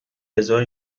هزار